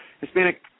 Hispanic